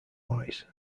wise